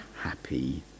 happy